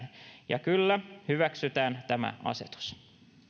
ja kyllä hyväksytään tämä asetus